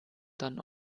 dann